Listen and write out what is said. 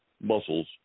muscles